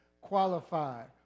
qualified